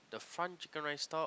the front chicken rice store